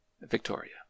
Victoria